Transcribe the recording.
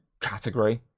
category